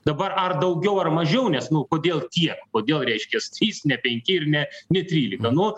dabar ar daugiau ar mažiau nes nu kodėl tiek kodėl reiškias trys ne penki ir ne ne trylika nu